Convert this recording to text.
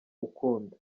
ukunda